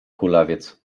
kulawiec